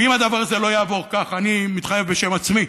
ואם הדבר הזה לא יעבור כך אני מתחייב בשם עצמי: